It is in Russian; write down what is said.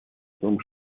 том